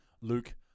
luke